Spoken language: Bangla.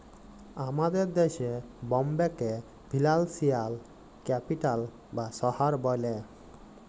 আমাদের দ্যাশে বম্বেকে ফিলালসিয়াল ক্যাপিটাল বা শহর ব্যলে